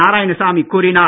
நாராயணசாமி கூறினார்